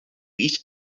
each